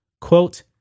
quote